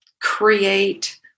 create